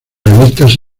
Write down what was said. revistas